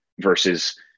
versus